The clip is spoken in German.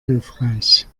hilfreich